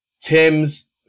Tim's